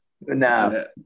No